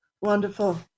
wonderful